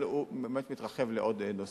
אבל הוא ממש מתרחב לעוד נושאים.